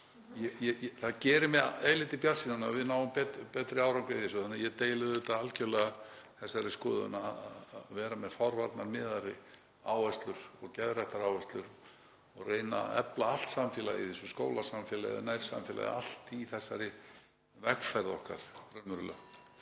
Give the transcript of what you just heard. mig eilítið bjartsýnan á að við náum betri árangri í þessu. Þannig að ég deili algjörlega þeirri skoðun að vera með forvarnamiðaðri áherslur og geðræktaráherslur og reyna að efla allt samfélagið í þessu, skólasamfélagið, nærsamfélagið allt, í þessari vegferð okkar.